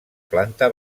planta